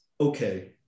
okay